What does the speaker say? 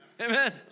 amen